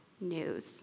news